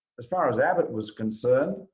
as far as abbott was concerned,